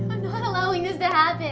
allowing this to happen.